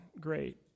great